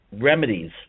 remedies